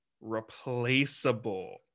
replaceable